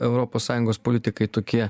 europos sąjungos politikai tokie